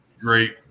great